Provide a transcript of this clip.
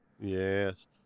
Yes